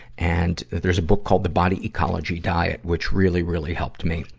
and there's a book called the body ecology diet, which really, really helped me.